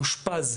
הייתי מאושפז,